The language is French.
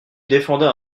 défendait